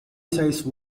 size